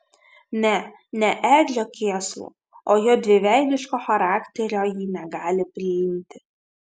ne ne edžio kėslų o jo dviveidiško charakterio ji negali priimti